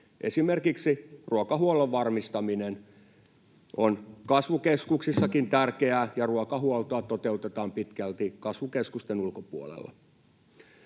Esimerkiksi ruokahuollon varmistaminen on kasvukeskuksissakin tärkeää, ja ruokahuoltoa toteutetaan pitkälti kasvukeskusten ulkopuolella.